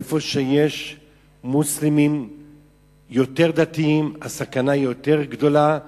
איפה שיש מוסלמים יותר דתיים, הסכנה יותר גדולה,